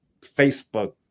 facebook